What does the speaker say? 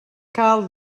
cal